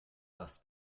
das